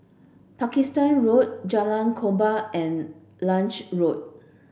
Pakistan Road Jalan Korban and Lange Road